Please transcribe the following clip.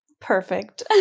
Perfect